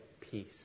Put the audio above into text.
peace